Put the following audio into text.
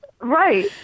Right